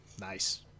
nice